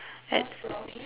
guides